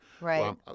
Right